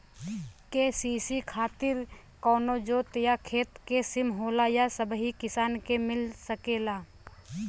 KCC खातिर का कवनो जोत या खेत क सिमा होला या सबही किसान के मिल सकेला?